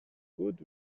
good